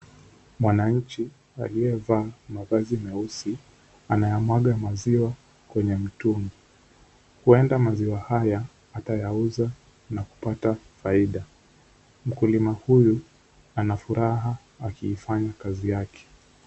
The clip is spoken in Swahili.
Mwananchi aliyevaa mavazi meusi ana ya mwaga maziwa kwenye mtungi, huenda maziwa haya atayauza kupata faida mkulima huyu anafuraha akiifanya kazi yake.